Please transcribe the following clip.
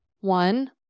one